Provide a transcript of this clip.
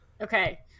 Okay